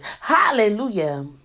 Hallelujah